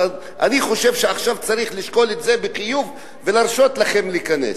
אני חושב שעכשיו צריך לשקול את זה בחיוב ולהרשות לכם להיכנס.